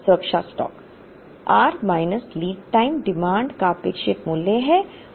अब सुरक्षा stock r minus lead time demand का अपेक्षित मूल्य है